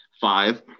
five